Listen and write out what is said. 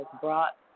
brought